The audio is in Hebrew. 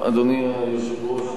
אדוני היושב-ראש,